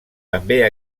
també